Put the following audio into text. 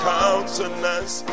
countenance